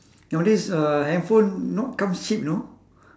nowadays uh handphone not comes cheap you know